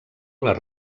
les